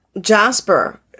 Jasper